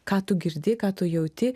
ką tu girdi ką tu jauti